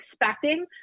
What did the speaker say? expecting